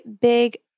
big